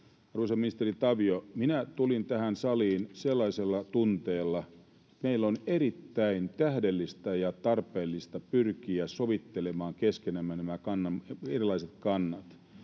Arvoisa ministeri Tavio, minä tulin tähän saliin sellaisella tunteella, että meidän on erittäin tähdellistä ja tarpeellista pyrkiä sovittelemaan keskenämme nämä erilaiset kannat